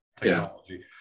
technology